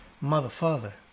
mother-father